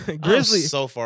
Grizzly